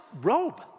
robe